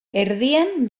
erdian